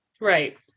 Right